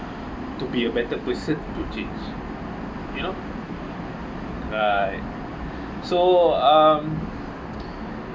to be a better person to change you know right so um